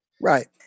Right